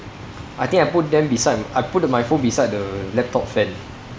I think I put them beside I put my phone beside the laptop fan